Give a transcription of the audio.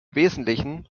wesentlichen